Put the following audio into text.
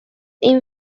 این